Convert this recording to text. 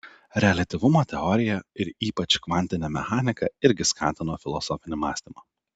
reliatyvumo teorija ir ypač kvantinė mechanika irgi skatino filosofinį mąstymą